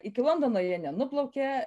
iki londono jie nenuplaukė